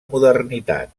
modernitat